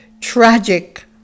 tragic